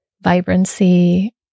vibrancy